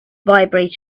vibrating